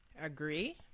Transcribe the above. Agree